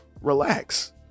relax